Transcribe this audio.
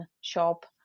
shop